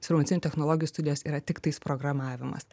informacinių technologijų studijos yra tiktais programavimas